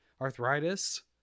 Arthritis